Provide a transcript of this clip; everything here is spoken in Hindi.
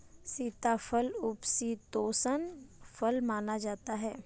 सीताफल उपशीतोष्ण फल माना जाता है